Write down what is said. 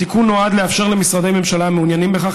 התיקון נועד לאפשר למשרדי ממשלה המעוניינים בכך